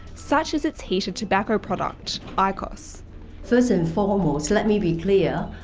such as its heated tobacco product, ah iqos. first and foremost let me be clear,